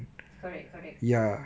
correct correct